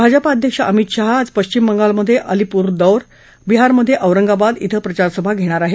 भाजपा अध्यक्ष अमित शहा आज पश्चिम बंगालमधे अलीपुरदौर बिहारमधे औरंगाबाद धिं प्रचारसभा घेणार आहेत